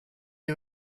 you